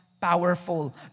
powerful